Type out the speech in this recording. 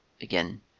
Again